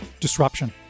Disruption